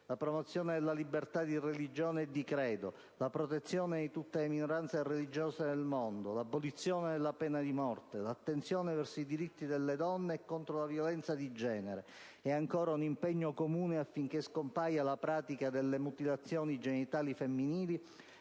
la promozione della libertà di religione e di credo e la protezione di tutte le minoranze religiose nel mondo, l'abolizione della pena di morte, l'attenzione verso i diritti delle donne e contro la violenza di genere, l'impegno comune affinché scompaia la pratica delle mutilazioni genitali femminili,